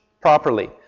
properly